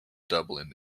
dublin